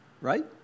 right